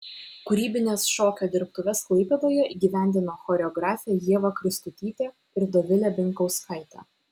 kūrybines šokio dirbtuves klaipėdoje įgyvendino choreografė ieva kristutytė ir dovilė binkauskaitė